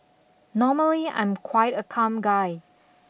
normally I'm quite a calm guy